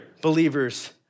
believers